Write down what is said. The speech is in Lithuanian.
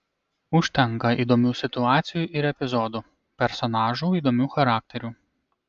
užtenka įdomių situacijų ir epizodų personažų įdomių charakterių